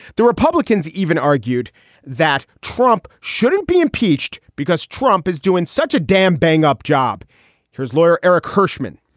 the republicans even argued that trump shouldn't be impeached because trump is doing such a damn bang up job his lawyer, eric hirschman,